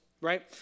right